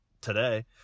today